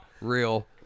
real